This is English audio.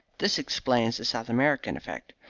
this explains the south american effect.